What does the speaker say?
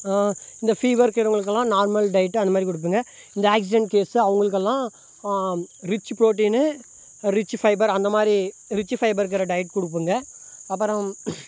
இங்கே ஃபீஃபர் இருக்கிறவிங்களுக்கெல்லாம் normal diet அந்த மாதிரி கொடுப்பேங்க இந்த ஆக்ஸிஜன் கேஸு அவங்களுக்கெல்லாம் ரிச்சி ப்ரோட்டீனு ரிச்சி ஃபைபர் அந்த மாதிரி ரிச்சி ஃபைபர் இருக்கிற டயட் கொடுப்பேங்க அப்புறம்